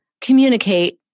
communicate